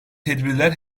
tedbirler